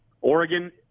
Oregon